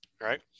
right